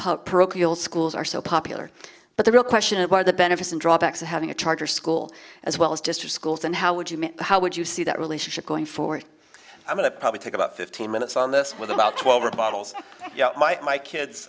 public parochial schools are so popular but the real question is what are the benefits and drawbacks of having a charter school as well as district schools and how would you how would you see that relationship going forward i'm going to probably take about fifteen minutes on this with about twelve or bottles you know my my kids